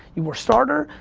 you were starter,